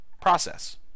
process